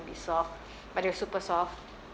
be soft but they're super soft